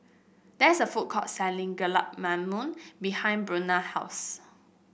there is a food court selling Gulab Mamun behind Buena's house